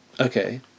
Okay